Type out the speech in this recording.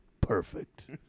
Perfect